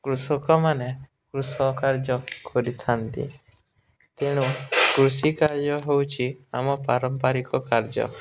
କୃଷକମାନେ କୃଷି କାର୍ଯ୍ୟ କରିଥାନ୍ତି ତେଣୁ କୃଷି କାର୍ଯ୍ୟ ହେଉଛି ଆମ ପାରମ୍ପାରିକ କାର୍ଯ୍ୟ